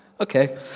Okay